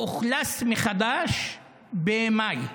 אוכלס מחדש במאי השנה.